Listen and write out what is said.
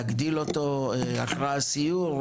להגדיל אותו אחרי הסיור?